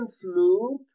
flu